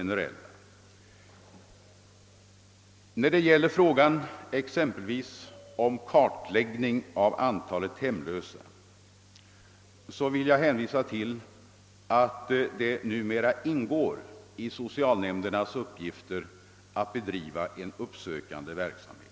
När det gäller exempelvis frågan om kartläggning av antalet hemlösa vill jag hänvisa till att det numera ingår i socialnämndernas uppgifter att bedriva en uppsökande verksamhet.